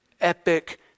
epic